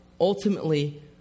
ultimately